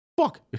Fuck